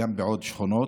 וגם בעוד שכונות.